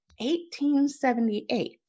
1878